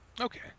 Okay